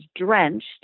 drenched